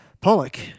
Pollock